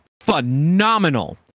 phenomenal